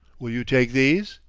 will you take these?